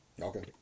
Okay